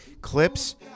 clips